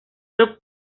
les